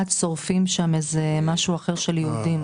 שורפים שם איזה משהו אחר של יהודים.